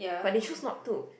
but they choose not to